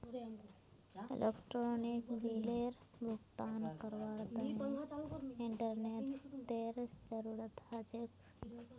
electronic बिलेर भुगतान करवार तने इंटरनेतेर जरूरत ह छेक